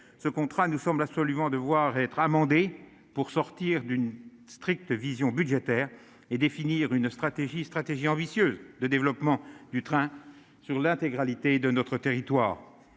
ce contrat, nous sommes là, vont devoir être amendée pour sortir d'une stricte vision budgétaire et définir une stratégie stratégie ambitieuse de développement du train sur l'intégralité de notre territoire,